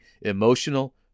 emotional